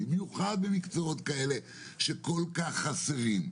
במיוחד במקצועות כאלה שכל כך חסרים,